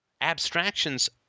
Abstractions